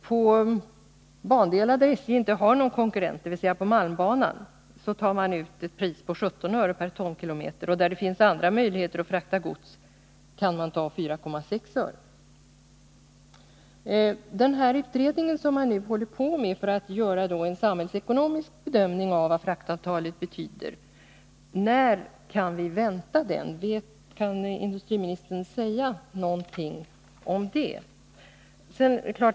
På bandelar där SJ inte har några konkurrenter, dvs. på malmbanan, tar man ut ett pris på 17 öre per tonkilometer, men där det finns andra möjligheter att frakta gods kan man ta 4,6 öre. När kan vi vänta betänkandet från den utredning som nu håller på att göra en samhällsekonomisk bedömning av vad fraktavtalet betyder? Kan industriministern säga någonting om det?